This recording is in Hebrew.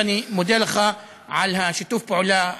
ואני מודה לך על שיתוף הפעולה,